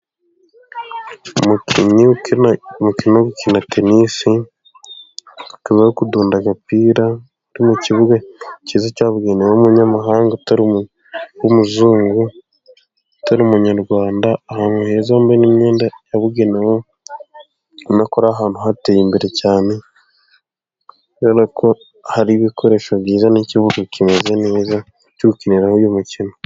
Umukinnyi ukina umukino, ukina tenisi, akaba ari kudunda agapira mu kibuga cyiza cyabugenewe w'umunyamahanga utari umunyarwanda. Ahantu heza hamwe n'imyenda yabugenewe ubona ko ari ahantu hateye imbere cyane ko hari ibikoresho byiza n'ikibuga kimeze neza cyogukiniraho uyu mukino.